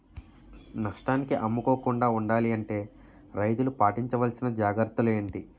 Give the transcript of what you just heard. నష్టానికి అమ్ముకోకుండా ఉండాలి అంటే రైతులు పాటించవలిసిన జాగ్రత్తలు ఏంటి